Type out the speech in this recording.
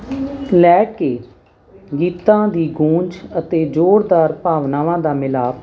ਲੈ ਕੇ ਗੀਤਾਂ ਦੀ ਗੂੰਜ ਅਤੇ ਜ਼ੋਰਦਾਰ ਭਾਵਨਾਵਾਂ ਦਾ ਮਿਲਾਪ